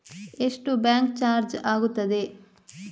ಎಷ್ಟು bank charge ಆಗುತ್ತದೆ?